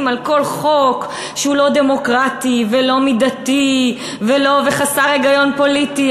על כל חוק שהוא לא דמוקרטי ולא מידתי וחסר היגיון פוליטי?